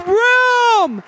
room